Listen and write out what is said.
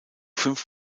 fünf